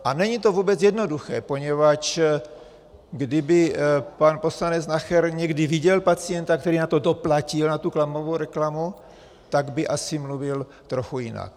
A není to vůbec jednoduché, poněvadž kdyby pan poslanec Nacher někdy viděl pacienta, který na to doplatil, na tu klamavou reklamu, tak by asi mluvil trochu jinak.